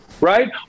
right